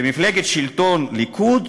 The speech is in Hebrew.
למפלגת השלטון, לליכוד,